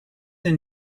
and